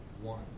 one